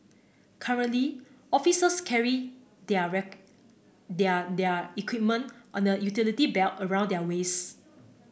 currently officers carry their their their equipment on a utility belt around their waists